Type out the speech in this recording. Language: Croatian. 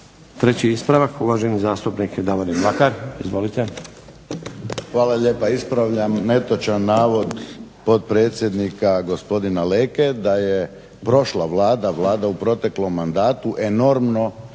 Treći ispravak, uvaženi zastupnik Davorin Mlakar. Izvolite. **Mlakar, Davorin (HDZ)** Hvala lijepa. Ispravljam netočan navod potpredsjednika gospodina Leke da je prošla Vlada, Vlada u proteklom mandatu enormno